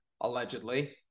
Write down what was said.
allegedly